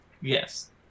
yes